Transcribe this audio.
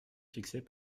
fixées